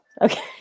okay